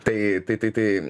tai tai tai tai